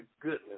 goodness